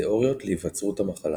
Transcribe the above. תאוריות להיווצרות המחלה